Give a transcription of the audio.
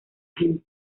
gente